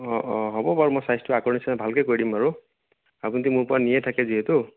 অঁ অঁ হ'ব বাৰু মই চাইজটো আগৰ নিচিনা ভালকে কৰি দিম বাৰু আপুনিটো মোৰ পৰা নিয়ে থাকে যিহেতু